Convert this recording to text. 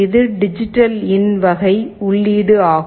இது டிஜிட்டல்இன் வகை உள்ளீடு ஆகும்